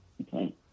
Okay